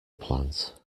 plant